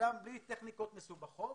אדם בלי טכניקות מסובכות